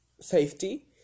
safety